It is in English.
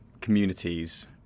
communities